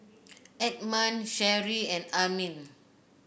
Edmon Sherri and Armin